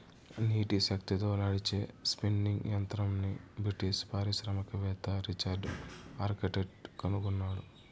నీటి శక్తితో నడిచే స్పిన్నింగ్ యంత్రంని బ్రిటిష్ పారిశ్రామికవేత్త రిచర్డ్ ఆర్క్రైట్ కనుగొన్నాడు